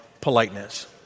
politeness